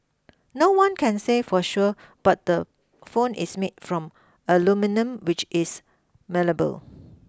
no one can say for sure but the phone is made from aluminium which is malleable